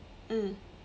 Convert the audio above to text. mm